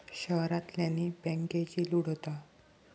शहरांतल्यानी बॅन्केची लूट होता